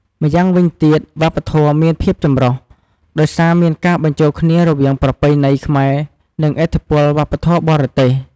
ម្យ៉ាងវិញទៀត វប្បធម៌មានភាពចម្រុះ ដោយសារមានការបញ្ចូលគ្នារវាងប្រពៃណីខ្មែរ និងឥទ្ធិពលវប្បធម៌បរទេស។